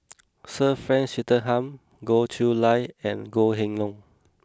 Sir Frank Swettenham Goh Chiew Lye and Goh Kheng Long